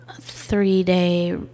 three-day